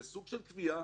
זה סוג של תביעה